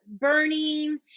burning